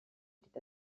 était